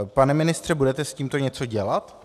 Pane ministře, budete s tím něco dělat?